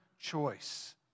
choice